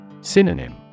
Synonym